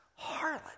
harlot